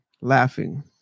laughing